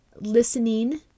listening